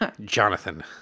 Jonathan